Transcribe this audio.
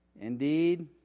indeed